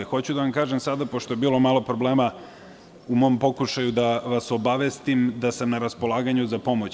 Hoću da vam kažem sada, pošto je bilo malo problema u mom pokušaju da vas obavestim, da sam na raspolaganju za pomoć.